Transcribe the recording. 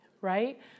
right